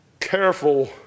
careful